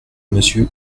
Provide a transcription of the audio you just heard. monsieur